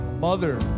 mother